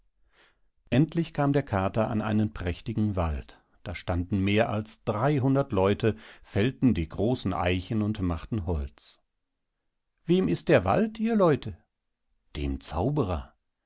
endlich kam der kater an einen prächtigen wald da standen mehr als dreihundert leute fällten die großen eichen und machten holz wem ist der wald ihr leute dem zauberer